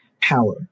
power